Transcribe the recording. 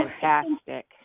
fantastic